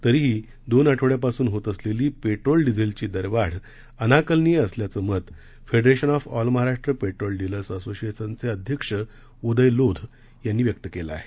तरी दोन आठवड़यांपासून होत असलेली पेट्रोल डिझेलची दरवाढ अनाकलनीय असल्याचं मत federation of all Maharashtra petrol dealers असोसिएशनचे अध्यक्ष उदय लोध यांनी व्यक्त केलं आहे